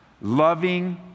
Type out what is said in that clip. loving